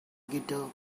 guitar